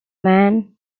man